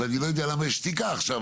ואני לא יודע למה יש שתיקה עכשיו,